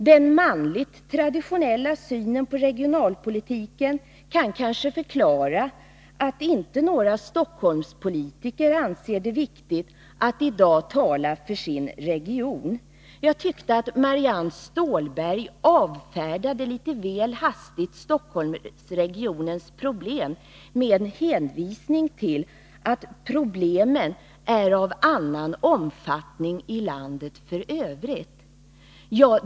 Den manligt traditionella synen på regionalpolitiken kan kanske förklara att inga Stockholmspolitiker anser det viktigt att i dag tala för sin region. Jag tyckte att Marianne Stålberg litet väl hastigt avfärdade Stockholmsregionens problem med en hänvisning till att problemen är av annan omfattning i landet i övrigt.